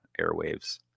airwaves